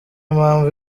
mpamvu